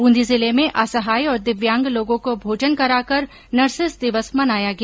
बूंदी जिले में असहाय और दिव्यांग लोगों को भोजन कराकर नर्सेस दिवस मनाया गया